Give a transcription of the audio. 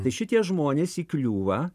tai šitie žmonės įkliūva